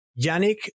Yannick